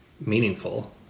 meaningful